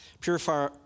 Purify